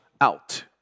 out